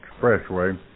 expressway